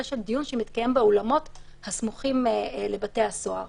של דיון שמתקיים באולמות הסמוכים לבתי הסוהר.